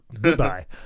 Goodbye